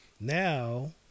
Now